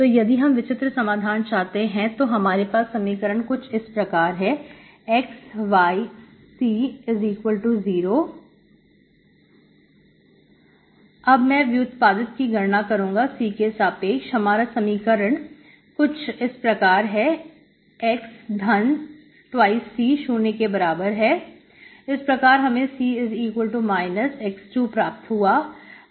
तो यदि अब हम विचित्र समाधान चाहते हैं तो हमारे पास समीकरण कुछ इस प्रकार है xyc0 अब मैं व्युत्पादित की गणना करूंगा C के सापेक्ष हमारा समीकरण कुछ इस प्रकार है x धान 2C शून्य के बराबर है x2C0 इस प्रकार हमें C x2 प्राप्त हुआ